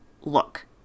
look